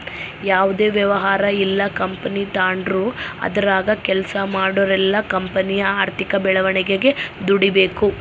ಯಾವುದೇ ವ್ಯವಹಾರ ಇಲ್ಲ ಕಂಪನಿ ತಾಂಡ್ರು ಅದರಾಗ ಕೆಲ್ಸ ಮಾಡೋರೆಲ್ಲ ಕಂಪನಿಯ ಆರ್ಥಿಕ ಬೆಳವಣಿಗೆಗೆ ದುಡಿಬಕು